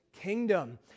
kingdom